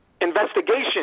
investigation